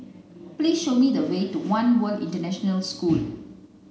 please show me the way to One World International School